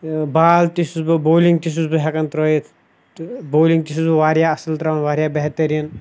بال تہِ چھُس بہٕ بولِنٛگ تہِ چھُس بہٕ ہٮ۪کان ترٛٲیِتھ تہٕ بولِنٛگ تہِ چھُس بہٕ واریاہ اَصٕل ترٛاوان واریاہ بہتریٖن